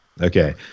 Okay